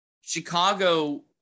Chicago